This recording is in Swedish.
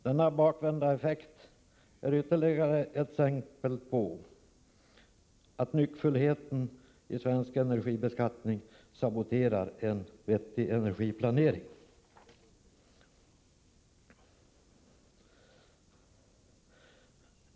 Denna bakvända effekt är ytterligare ett exempel på att nyckfullheten i svensk energibeskattning saboterar en vettig energiplanering.